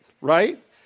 right